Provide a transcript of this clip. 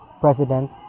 president